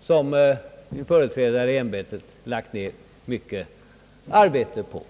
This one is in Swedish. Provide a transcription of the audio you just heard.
och som min företrädare i ämbetet lagt ner mycket arbete på.